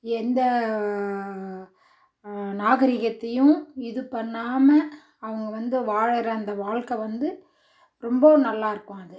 எந்த நாகரிகத்தையும் இது பண்ணாமல் அவங்க வந்து வாழுகிற அந்த வாழ்க்க வந்து ரொம்பவும் நல்லா இருக்கும் அது